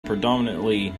predominantly